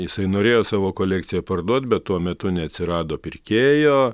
jisai norėjo savo kolekciją parduot bet tuo metu neatsirado pirkėjo